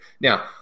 Now